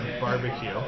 barbecue